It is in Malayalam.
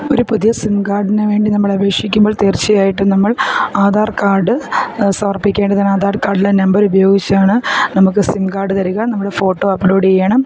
ഒരു പുതിയ സിം കാർഡിനു വേണ്ടി നമ്മളപേക്ഷിക്കുമ്പോൾ തീർച്ചയായിട്ടും നമ്മൾ ആധാർ കാഡ് സമർപ്പിക്കേണ്ടതാണ് ആധാർ കാഡിലെ നമ്പർ ഉപയോഗിച്ചാണ് നമുക്ക് സിം കാഡ് തരിക നമ്മൾ ഫോട്ടോ അപ്ലോഡ് ചെയ്യണം